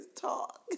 talk